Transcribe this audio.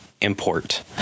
import